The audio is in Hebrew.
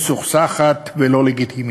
מסוכסכת ולא לגיטימית.